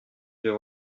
vieux